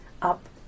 up